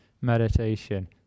meditation